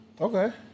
okay